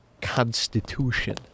constitution